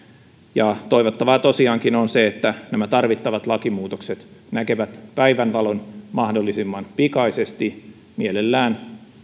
ja toivottavaa tosiaankin on se että nämä tarvittavat lakimuutokset näkevät päivänvalon mahdollisimman pikaisesti mielellään